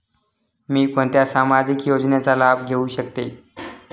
मी कोणत्या सामाजिक योजनेचा लाभ घेऊ शकते?